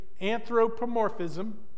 anthropomorphism